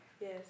Yes